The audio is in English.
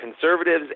Conservatives